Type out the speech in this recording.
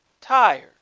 tired